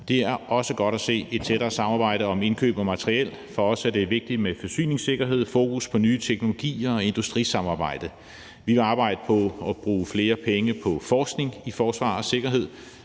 Det er også godt at se et tættere samarbejde om indkøb og materiel. For os er det vigtigt med forsyningssikkerhed, fokus på nye teknologier og industrisamarbejde. Vi vil arbejde på at bruge flere penge på forskning i forsvar og sikkerhed,